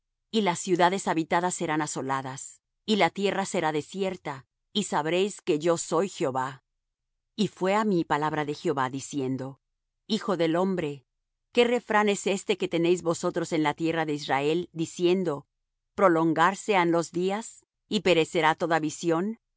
y las ciudades habitadas serán asoladas y la tierra será desierta y sabréis que yo soy jehová y fué á mí palabra de jehová diciendo hijo del hombre qué refrán es este que tenéis vosotros en la tierra de israel diciendo prolongarse han los días y perecerá toda visión